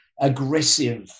aggressive